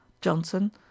Johnson